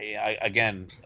Again